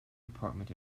department